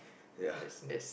ya